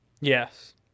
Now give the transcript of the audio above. Yes